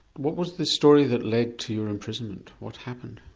what was the story that led to your imprisonment what happened?